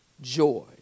joy